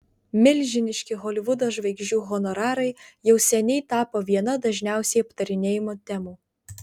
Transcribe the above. milžiniški holivudo žvaigždžių honorarai jau seniai tapo viena dažniausiai aptarinėjamų temų